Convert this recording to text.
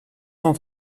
cent